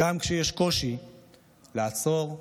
גם כשיש קושי, לעצור,